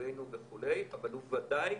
אויבינו וכו', אבל הוא בוודאי